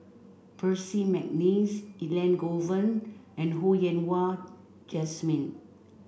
Percy McNeice Elangovan and Ho Yen Wah Jesmine